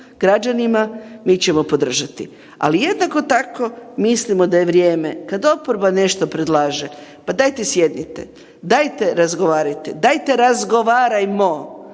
građanima mi ćemo podržati, ali jednako tako mislimo da je vrijeme kad oporba nešto predlaže, pa dajte sjednite, dajte razgovarajte, dajte razgovarajmo.